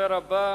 הדובר הבא,